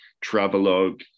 travelogue